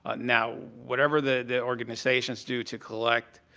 ah now, whatever the organizations due to collect